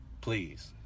Please